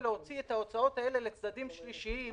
להפסיק את הוויכוחים ומשיכת השמיכה.